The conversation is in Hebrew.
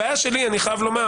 אני חייב לומר